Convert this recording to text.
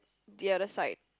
the other side